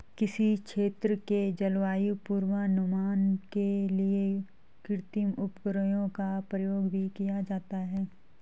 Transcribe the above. किसी क्षेत्र के जलवायु पूर्वानुमान के लिए कृत्रिम उपग्रहों का प्रयोग भी किया जाता है